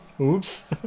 oops